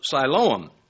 Siloam